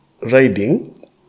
riding